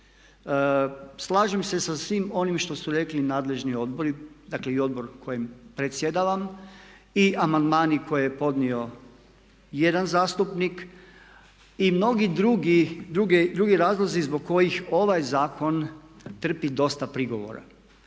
Slažem se sa svim onim što su rekli nadležni odbori, dakle i odbor kojim predsjedavam i amandmani koje je podnio jedan zastupnik i mnogi drugi razlozi zbog kojih ovaj zakon trpi dosta prigovora.